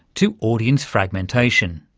to audience fragmentation.